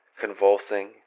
Convulsing